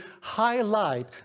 highlight